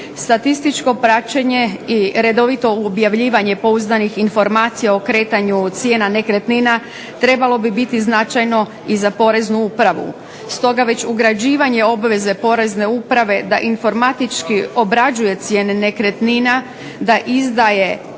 Statističko praćenje i redovito objavljivanje pouzdanih informacija o kretanju cijena nekretnina trebalo bi biti značajno i za Poreznu upravu. Stoga već ugrađivanje obveze Porezne uprave da informatički obrađuje cijene nekretnina, da izdaje